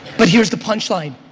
but here's the punchline,